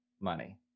money